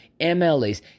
MLAs